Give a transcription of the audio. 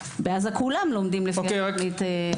80%. חגית,